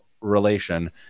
Relation